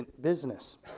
business